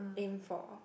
aim for